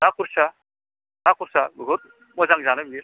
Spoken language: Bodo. ना खुरसा ना खुरसा बहुद मोजां जानो बियो